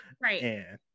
Right